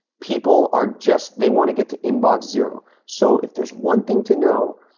people are just they want to get to inbox zero. so, if there is one thing to know,